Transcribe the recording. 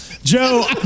Joe